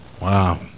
Wow